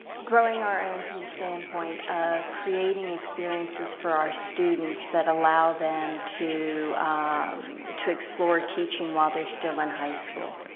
growing our own from the standpoint of creating experiences for our students that allow them to to explore teaching while they are still in high school.